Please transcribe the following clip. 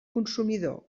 consumidor